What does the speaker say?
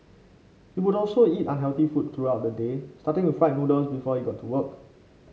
he would also eat unhealthy food throughout the day starting with fried noodles before he got to work